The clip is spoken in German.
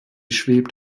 schwebt